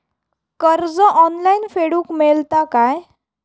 कर्ज ऑनलाइन फेडूक मेलता काय?